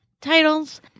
titles